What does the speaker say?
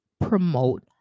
promote